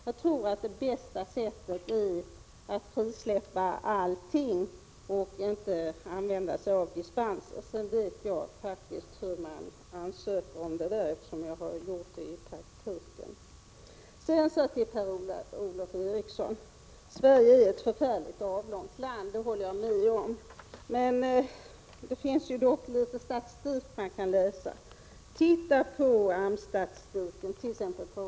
Jag anser att det bästa sättet vore att frisläppa fonderna och inte använda dispenser och politisk styrning. För Övrigt vet jag faktiskt hur dispenserna fungerar, eftersom jag gjort sådana ansökningar i praktiken. Jag kan hålla med Per-Ola Eriksson om att Sverige är ett mycket avlångt land. Men det finns dock litet statistik att läsa. Tittar vi på AMS-statistiken fört.ex.